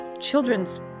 children's